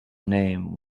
name